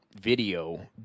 video